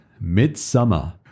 Midsummer